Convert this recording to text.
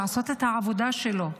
לעשות את העבודה שלו,